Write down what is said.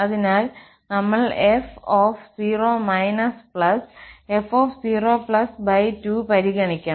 അതിനാൽ നമ്മൾff02 പരിഗണിക്കണം